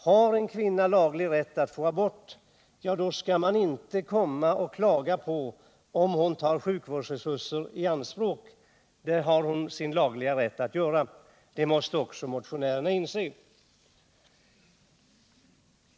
Har en kvinna laglig rätt att få abort, skall man inte klaga på att hon tar sjukvårdsresurser i anspråk för detta. Det har hon ju laglig rätt att göra, och det måste också motionärerna inse.